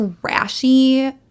trashy